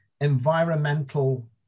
environmental